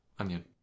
onion